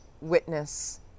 witness